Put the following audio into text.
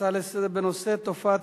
הצעה לסדר-היום מס' 7050 בנושא: תופעת